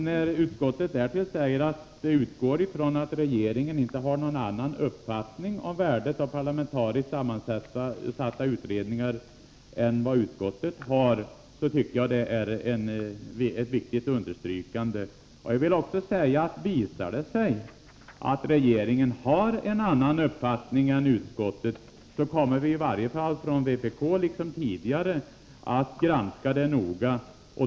När utskottet därtill säger att det utgår ifrån att regeringen inte har någon annan uppfattning om värdet av parlamentariskt sammansatta utredningar, tycker jag det är ett viktigt understrykande. Visar det sig att regeringen har en annan uppfattning än utskottet, kommer i varje fall vpk att liksom tidigare noga granska utvecklingen.